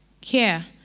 care